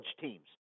teams